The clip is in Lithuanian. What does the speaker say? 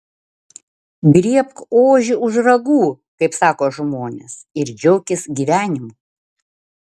griebk ožį už ragų kaip sako žmonės ir džiaukis gyvenimu